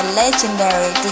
legendary